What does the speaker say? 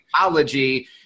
psychology